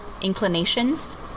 inclinations